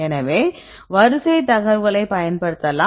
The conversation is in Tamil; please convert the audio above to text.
எனவே வரிசை தகவல்களைப் பயன்படுத்தலாம்